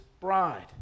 bride